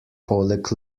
poleg